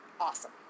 Awesome